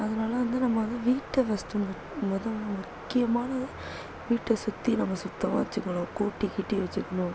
அதனால் வந்து நம்ம வந்து வீட்டை ஃபஸ்ட்டு மொதல் முக்கியமானது வீட்டை சுற்றி நம்ம சுத்தமாக வெச்சுக்கணும் கூட்டி கீட்டி வெச்சுருக்கணும்